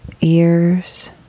ears